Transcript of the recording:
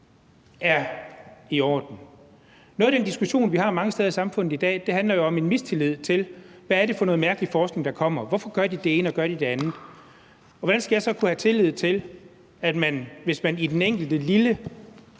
er i orden. Noget af den diskussion, vi har mange steder i samfundet i dag, handler jo om mistillid: Hvad er det for noget mærkelig forskning, der kommer? Hvorfor gør de det ene, og hvorfor gør de det andet? Hvordan skal jeg så kunne have tillid til, at man i den enkelte lille